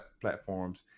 platforms